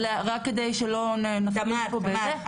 רק כדי שלא נפליג פה בזה,